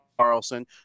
Carlson